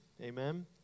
Amen